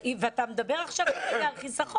ואתה מדבר עכשיו על חיסכון.